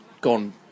gone